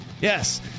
Yes